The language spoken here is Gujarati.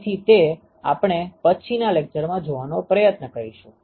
તેથી તે આપણે પછીના લેક્ચરમાં જોવાનો પ્રયત્ન કરીશું